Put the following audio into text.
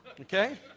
Okay